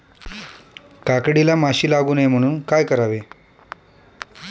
काकडीला माशी लागू नये म्हणून काय करावे?